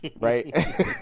Right